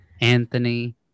anthony